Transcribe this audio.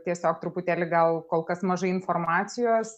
tiesiog truputėlį gal kol kas mažai informacijos